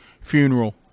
funeral